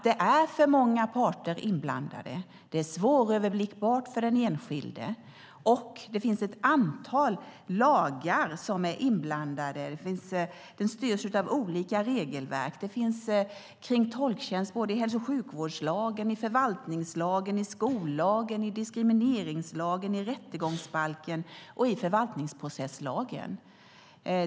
Det är för många parter inblandade, det är svåröverblickbart för den enskilde och det finns ett antal lagar och regelverk som är inblandade. Tolktjänsten berörs i hälso och sjukvårdslagen, i förvaltningslagen, i skollagen, i diskrimineringslagen, i rättegångsbalken och i förvaltningsprocesslagen.